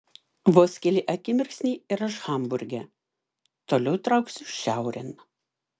vos keli akimirksniai ir aš hamburge toliau trauksiu šiaurėn